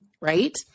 right